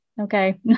okay